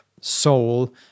soul